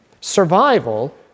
Survival